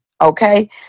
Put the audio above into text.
Okay